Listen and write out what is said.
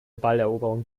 balleroberung